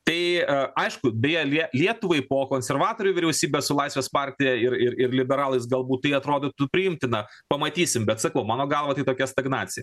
tai aišku brie lie lietuvai po konservatorių vyriausybė su laisvės partija ir ir ir liberalais galbūt tai atrodytų priimtina pamatysim bet sakau mano galva tai tokia stagnacija